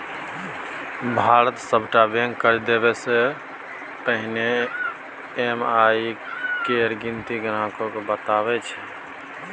भारतक सभटा बैंक कर्ज देबासँ पहिने ई.एम.आई केर गिनती ग्राहकेँ बताबैत छै